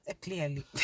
Clearly